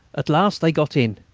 at last they got in,